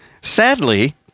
sadly